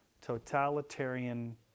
Totalitarian